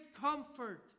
comfort